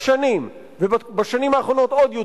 אבל להרוס ולעשות את הדברים הרבה יותר